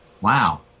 wow